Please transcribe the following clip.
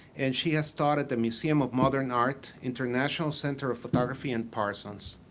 and she has taught at the museum of modern art, international center of photography in parsons.